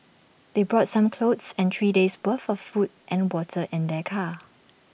they brought some clothes and three days' worth of food and water in their car